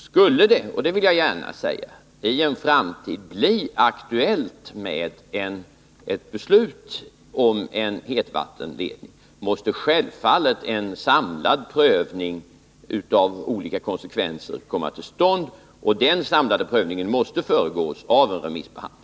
Skulle det — och det vill jag gärna säga — i en framtid bli aktuellt med ett beslut om en hetvattenledning, måste självfallet en samlad prövning av olika konsekvenser komma till stånd, och den samlade prövningen måste föregås av en remissbehandling.